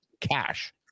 cash